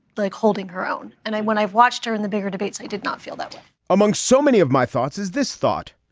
like holding her own and i when i've watched her in the bigger debates, i did not feel that amongst so many of my thoughts as this thought,